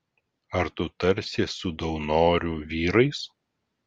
ar tu tarsies su daunorių vyrais